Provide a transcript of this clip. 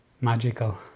magical